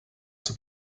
zur